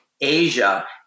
Asia